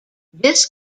this